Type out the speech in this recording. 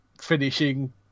finishing